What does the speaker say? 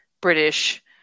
British